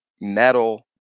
metal